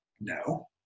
No